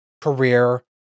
career